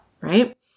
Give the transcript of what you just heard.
right